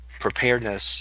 Preparedness